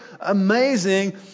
amazing